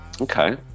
Okay